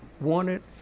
wanted